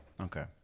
Okay